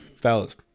Fellas